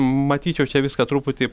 matyčiau čia viską truputį